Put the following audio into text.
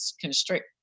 constrict